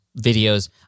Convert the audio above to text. videos